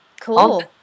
Cool